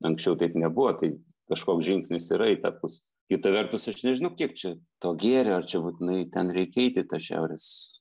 anksčiau taip nebuvo tai kažkoks žingsnis yra į tą pusę kita vertus aš nežinau kiek čia to gėrio ar čia būtinai ten reikia eit į tą šiaurės